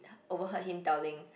overheard him telling